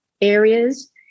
areas